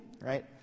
right